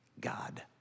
God